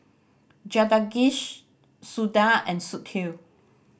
Jagadish Suda and Sudhir